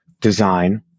design